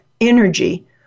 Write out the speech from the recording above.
energy